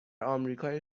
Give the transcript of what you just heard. آمریکای